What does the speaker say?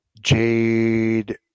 Jade